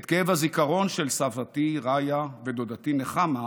את כאב הזיכרון של סבתי רעיה ודודתי נחמה,